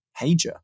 pager